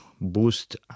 boost